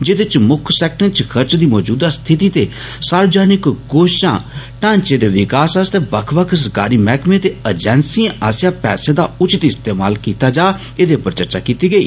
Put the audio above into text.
जेदे च मुक्ख सैक्टरें च खर्च दी मौजूदा स्थिति ते सार्वजनिक कोश चा ढांचे दे विकास आस्तै बक्ख बक्ख सरकारी मैहकमें ते अजैंसियें आस्सेआ पैसे दा उचित इस्तेमाल कीता जा ऐदे पर चर्चा कीती गेई